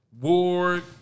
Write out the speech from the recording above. Ward